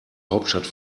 hauptstadt